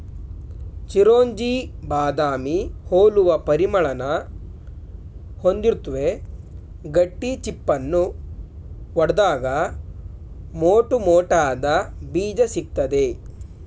ಚಿರೊಂಜಿ ಬಾದಾಮಿ ಹೋಲುವ ಪರಿಮಳನ ಹೊಂದಿರುತ್ವೆ ಗಟ್ಟಿ ಚಿಪ್ಪನ್ನು ಒಡ್ದಾಗ ಮೋಟುಮೋಟಾದ ಬೀಜ ಸಿಗ್ತದೆ